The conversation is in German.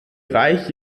reich